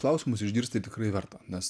klausimus išgirst tai tikrai verta nes